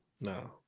No